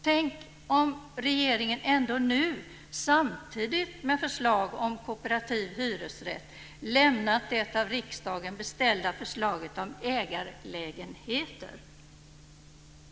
Tänk om regeringen ändå nu, samtidigt med förslag om kooperativ hyresrätt, lämnat det av riksdagen beställda förslaget om ägarlägenheter!